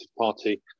Party